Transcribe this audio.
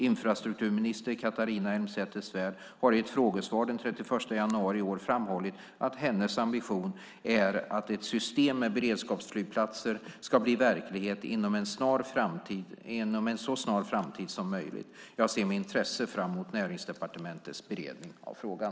Infrastrukturminister Catharina Elmsäter-Svärd har i ett frågesvar den 31 januari i år framhållit att hennes ambition är att ett system med beredskapsflygplatser ska bli verklighet inom en så snar framtid som möjligt. Jag ser med intresse fram emot Näringsdepartementets beredning av frågan.